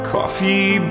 Coffee